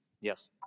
Yes